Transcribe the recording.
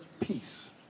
peace